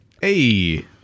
Hey